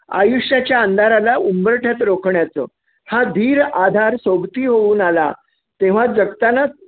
आयुष्याच्या अंधाराला उंबरठ्यात रोखण्याचं हा धीर आधार सोबती होऊन आला तेव्हा जगतानाच